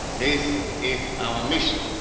is is our mission.